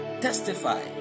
testify